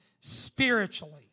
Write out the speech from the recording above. spiritually